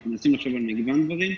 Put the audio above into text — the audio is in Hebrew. אנחנו מנסים לחשוב על מגוון דברים.